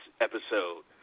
episode